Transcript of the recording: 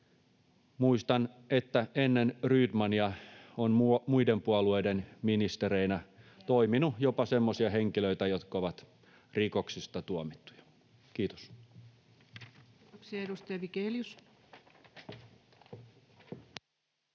Muistan, että ennen Rydmania on muiden puolueiden ministereinä toiminut jopa semmoisia henkilöitä, jotka ovat rikoksista tuomittuja. — Kiitos.